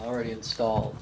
already install